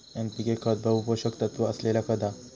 NPK खत बहु पोषक तत्त्व असलेला खत हा